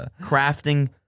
crafting